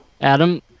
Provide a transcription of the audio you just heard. Adam